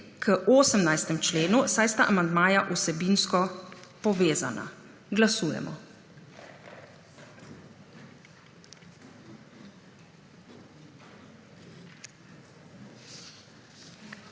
k 18. členu, saj sta amandmaja vsebinsko povezana. Glasujemo.